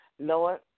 Lord